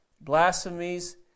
blasphemies